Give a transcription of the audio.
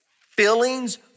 Feelings